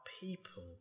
people